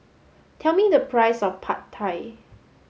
tell me the price of Pad Thai